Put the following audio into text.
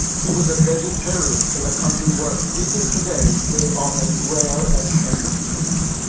he was a vegetarian in a country where, even today, they are as rare as hen's teeth.